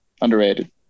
Underrated